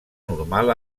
normal